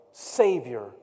Savior